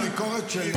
זה לא בדיוק, טלי.